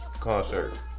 concert